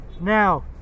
Now